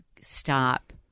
stop